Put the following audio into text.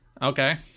Okay